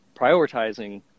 prioritizing